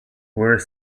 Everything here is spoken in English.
where